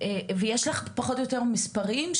ויש לך פחות או יותר מספרים?